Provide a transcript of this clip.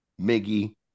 Miggy